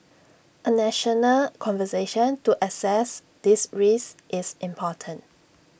A national conversation to assess these risks is important